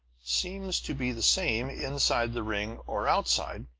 seems to be the same, inside the ring or outside.